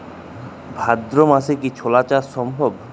ভাদ্র মাসে কি ছোলা চাষ সম্ভব?